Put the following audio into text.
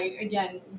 again